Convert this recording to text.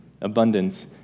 abundance